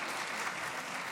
אני, חיים כץ, בן אברהם לייב כץ